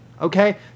Okay